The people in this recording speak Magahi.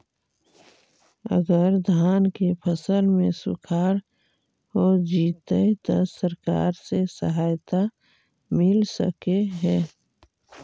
अगर धान के फ़सल में सुखाड़ होजितै त सरकार से सहायता मिल सके हे?